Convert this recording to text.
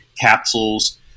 capsules